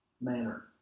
manner